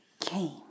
came